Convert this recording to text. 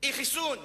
בלי חיסון.